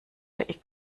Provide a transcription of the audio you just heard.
der